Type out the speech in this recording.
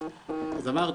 אז אמרתי,